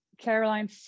caroline